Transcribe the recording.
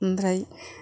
ओमफ्राय